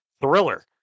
thriller